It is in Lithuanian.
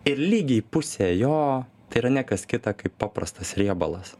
ir lygiai pusę jo tai yra ne kas kita kaip paprastas riebalas